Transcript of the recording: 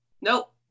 nope